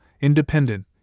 independent